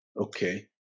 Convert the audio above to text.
Okay